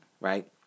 right